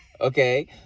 okay